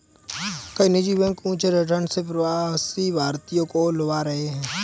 कई निजी बैंक ऊंचे रिटर्न से प्रवासी भारतीयों को लुभा रहे हैं